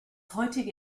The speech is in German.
heutige